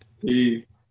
Peace